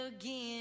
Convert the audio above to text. again